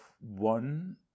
one